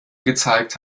gezeigt